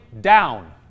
down